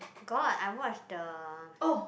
got I watch the